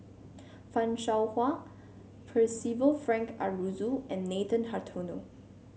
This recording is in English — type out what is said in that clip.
Fan Shao Hua Percival Frank Aroozoo and Nathan Hartono